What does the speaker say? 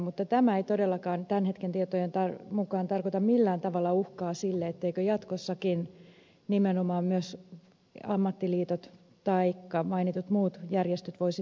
mutta tämä ei todellakaan tämän hetken tietojen mukaan tarkoita millään tavalla uhkaa sille etteivätkö jatkossakin nimenomaan myös ammattiliitot taikka mainitut muut järjestöt voisi tukea